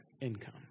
income